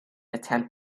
attempt